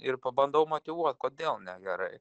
ir pabandau motyvuot kodėl negerai